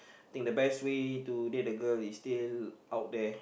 think the best way to date a girl is still out there